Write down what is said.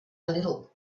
little